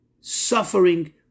suffering